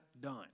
done